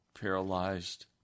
paralyzed